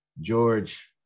george